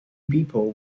people